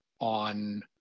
on